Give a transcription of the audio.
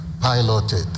piloted